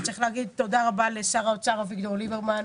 וצריך להגיד תודה רבה לשר האוצר אביגדור ליברמן,